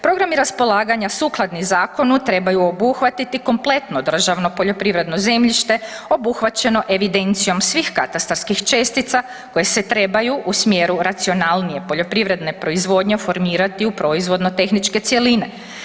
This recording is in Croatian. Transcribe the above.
Programi raspolaganja sukladni zakonu trebaju obuhvatiti kompletno državno poljoprivredno zemljište obuhvaćeno evidencijom svih katastarskih čestica koje se trebaju u smjeru racionalnije poljoprivredne proizvodnje formirati u proizvodno tehničke cjeline.